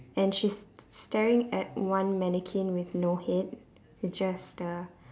and she's staring at one mannequin with no head it's just the